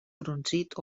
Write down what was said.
brunzit